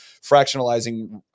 fractionalizing